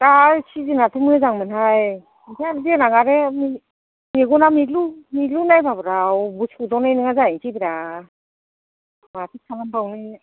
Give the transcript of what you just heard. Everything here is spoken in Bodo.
दा सिजोनाथ' मोजांमोनहाय ओमफ्राय देनां आरो मेगना मिज्लु मिज्लु नायबाबो रावबो सौवदावनाय नङा जाहैसैब्रा माथो खालामबावनो